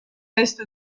est